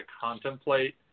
contemplate